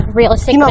realistic